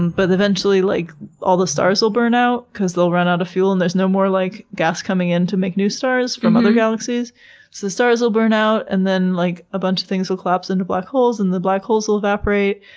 but eventually like all the stars will burn out because they'll run out of fuel, and there's no more like gas coming in to make new stars from other galaxies. so the stars will burn out and then like a bunch of things will collapse into black holes and the black holes will evaporate,